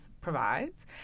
provides